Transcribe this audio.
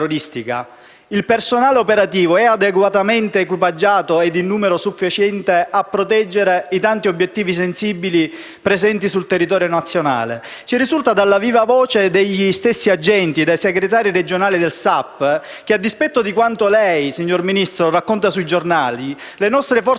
Il personale operativo è adeguatamente equipaggiato e in numero sufficiente a proteggere i tanti obiettivi sensibili presenti sul territorio nazionale? Ci risulta, dalla viva voce degli stessi agenti, dai segretari regionali del Sindacato autonomo di polizia (SAP), che, a dispetto di quanto lei racconta sui giornali, le nostre Forze